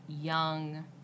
young